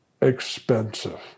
expensive